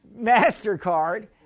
Mastercard